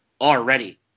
already